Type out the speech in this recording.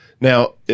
Now